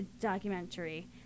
documentary